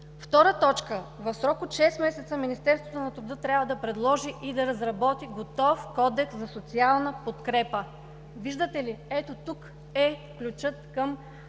Втора точка – в срок от шест месеца Министерството на труда трябва да предложи и да разработи готов Кодекс за социална подкрепа. Виждате ли, ето тук е ключът към